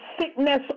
sickness